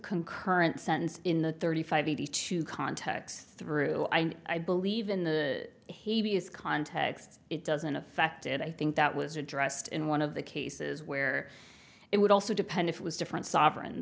concurrent sentence in the thirty five eighty two context through i believe in the he views context it doesn't affect it i think that was addressed in one of the cases where it would also depend if it was different sovereign